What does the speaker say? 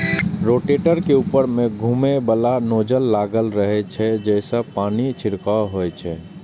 rotator के ऊपर मे घुमैबला नोजल लागल रहै छै, जइसे पानिक छिड़काव होइ छै